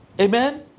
amen